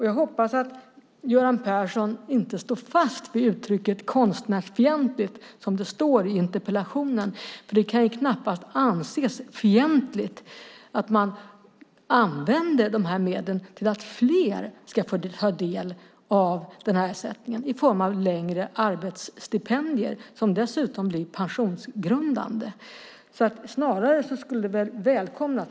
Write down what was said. Jag hoppas att Göran Persson inte står fast vid uttrycket "konstnärsfientligt" som det står i interpellationen, för det kan knappast anses fientligt att man använder dessa medel för att fler ska få ta del av denna ersättning i form av längre arbetsstipendier som dessutom blir pensionsgrundande. Det skulle väl snarast välkomnas.